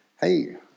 hey